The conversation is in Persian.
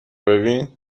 ببینین